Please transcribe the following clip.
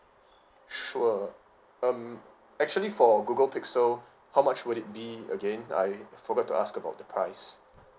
sure um actually for google pixel how much would it be again I forgot to ask about the price